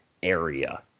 area